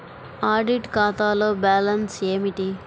Audit ఖాతాలో balance ఏమిటీ?